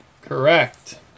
Correct